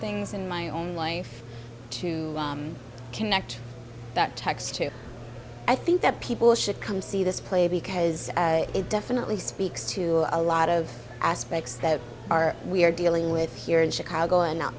things in my own life to connect that text to i think that people should come see this play because it definitely speaks to a lot of aspects that are we're dealing with here in chicago and not